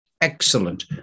excellent